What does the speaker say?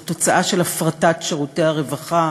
זו תוצאה של הפרטת שירותי הרווחה,